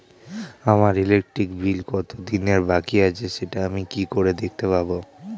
আমার electric bill কত দিনের বাকি আছে সেটা আমি কি করে দেখতে পাবো?